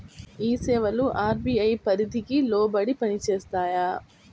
ఈ సేవలు అర్.బీ.ఐ పరిధికి లోబడి పని చేస్తాయా?